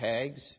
tags